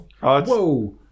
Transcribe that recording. Whoa